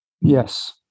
Yes